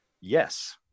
Yes